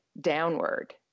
downward